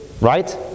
right